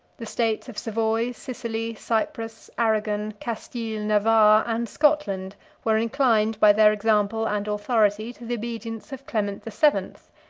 the states of savoy, sicily, cyprus, arragon, castille, navarre, and scotland were inclined by their example and authority to the obedience of clement the seventh,